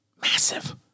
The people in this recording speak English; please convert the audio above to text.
Massive